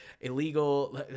illegal